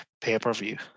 pay-per-view